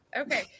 Okay